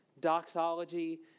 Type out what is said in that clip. doxology